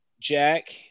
Jack